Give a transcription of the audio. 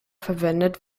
verwendet